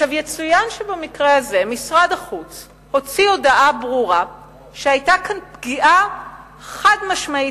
יצוין שבמקרה הזה משרד החוץ הוציא הודעה ברורה שהיתה כאן פגיעה חד-משמעית